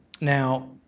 Now